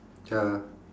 ya